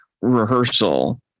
rehearsal